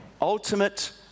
ultimate